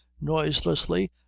noiselessly